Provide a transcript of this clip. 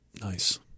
Nice